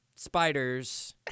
Spiders